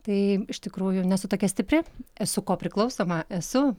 tai iš tikrųjų nesu tokia stipri esu ko priklausoma esu